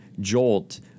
jolt